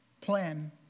plan